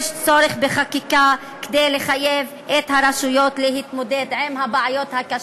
יש צורך בחקיקה כדי לחייב את הרשויות להתמודד עם הבעיה הקשה.